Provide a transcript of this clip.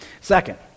Second